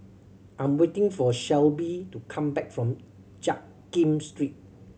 I am waiting for Shelbie to come back from Jiak Kim Street